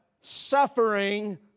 suffering